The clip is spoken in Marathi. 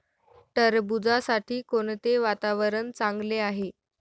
टरबूजासाठी कोणते वातावरण चांगले आहे?